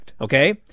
okay